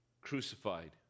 crucified